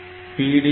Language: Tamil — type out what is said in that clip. PD